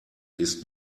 ist